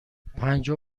پنجاه